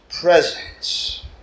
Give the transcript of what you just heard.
presence